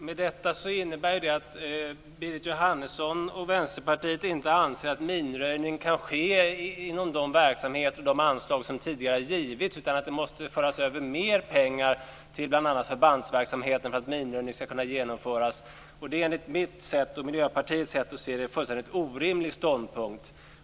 Herr talman! Detta innebär att Berit Jóhannesson och Vänsterpartiet inte anser att minröjning kan ske inom de verksamheter och anslag som tidigare har givits utan att det måste föras över mer pengar till bl.a. förbandsverksamheten för att minröjning ska kunna genomföras. Det är enligt mitt och Miljöpartiets sätt att se en fullständigt orimlig ståndpunkt.